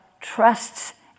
trusts